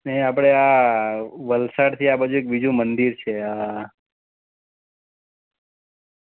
ને આપણે આ વલસાડથી આ બાજુ બીજું મંદિર છે આ